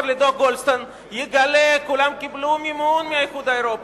לדוח-גולדסטון יגלה שכולם קיבלו מימון מהאיחוד האירופי,